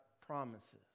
promises